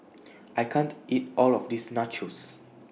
I can't eat All of This Nachos